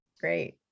Great